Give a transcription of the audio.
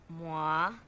moi